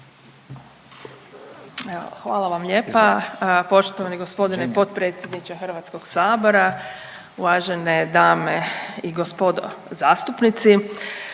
hvala vam lijepa. Poštovani g. potpredsjedniče HS, uvažene dame i gospoda zastupnici,